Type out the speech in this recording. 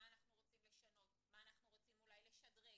מה אנחנו רוצים לשנות, מה אנחנו רוצים אולי לשדרג.